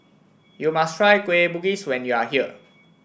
you must try Kueh Bugis when you are here